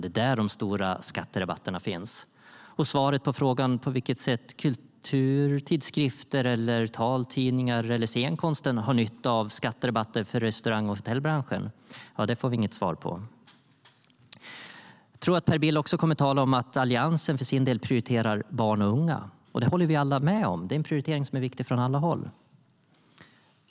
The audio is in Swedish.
Det är där de stora skatterabatterna finns. På vilket sätt har kulturtidskrifterna, taltidningarna eller scenkonsten nytta av skatterabatter för restaurang och hotellbranschen? Det får vi inget svar på. Jag tror att Per Bill också kommer att tala om att Alliansen för sin del prioriterar barn och unga. Vi håller alla med; det är en prioritering som är viktig från alla håll.